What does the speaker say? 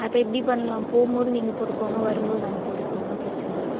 அப்போ இப்படி பண்ணலாம் போகும் போது நீங்கள் போட்டுக்கோங்க வரும்போது நாங்கள் போட்டுக்கிறோம் ஒன்றும் பிரச்சனை இல்லை